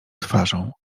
twarzą